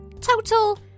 total